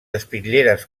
espitlleres